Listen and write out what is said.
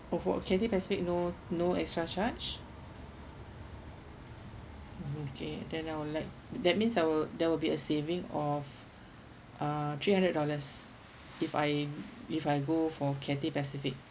oh for cathay pacific no no extra charge mmhmm okay then I would like that means I will there will be a saving of uh three hundred dollars if I if I go for cathay pacific